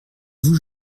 vous